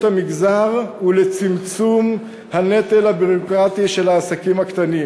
המגזר ולצמצום הנטל הביורוקרטי שעל העסקים הקטנים